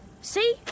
See